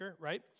right